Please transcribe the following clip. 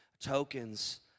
tokens